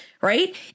Right